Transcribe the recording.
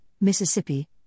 Mississippi